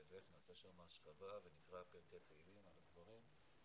ונעשה שם אשכבה ונקרא פרקי תהלים על הקברים.